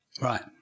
Right